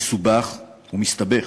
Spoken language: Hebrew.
מסובך ומסתבך,